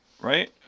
right